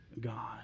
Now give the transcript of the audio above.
God